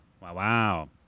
Wow